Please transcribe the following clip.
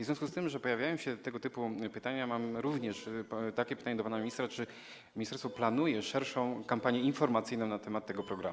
W związku z tym, że pojawiają się tego typu pytania, mam również pytanie do pana ministra, czy ministerstwo planuje szerszą kampanię informacyjną na temat tego programu.